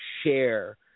share